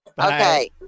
Okay